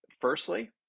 firstly